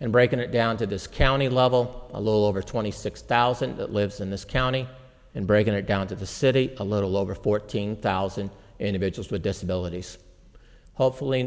and breaking it down to this county level a little over twenty six thousand that lives in this county and breaking it down to the city a little over fourteen thousand individuals with disabilities hopefully